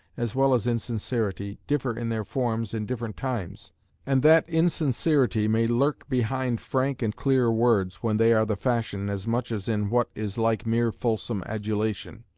as well as insincerity, differ in their forms in different times and that insincerity may lurk behind frank and clear words, when they are the fashion, as much as in what is like mere fulsome adulation.